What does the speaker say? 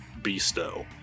Bisto